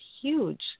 huge